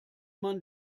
man